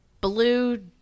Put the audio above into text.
Blue